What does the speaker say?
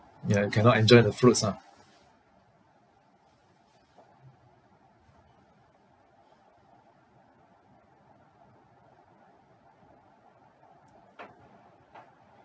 ya you cannot enjoy the fruits ah